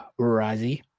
razi